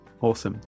Awesome